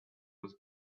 was